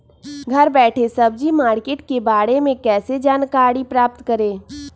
घर बैठे सब्जी मार्केट के बारे में कैसे जानकारी प्राप्त करें?